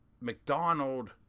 McDonald